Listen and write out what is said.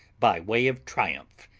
by way of triumph,